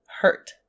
hurt